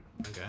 Okay